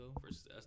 versus